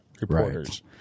reporters